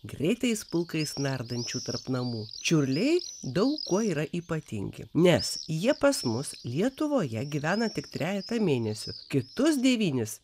greitais pulkais nardančių tarp namų čiurliai daug kuo yra ypatingi nes jie pas mus lietuvoje gyvena tik trejetą mėnesių kitus devynis